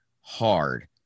hard